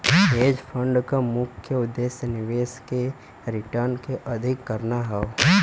hedge fund क मुख्य उद्देश्य निवेश के रिटर्न के अधिक करना हौ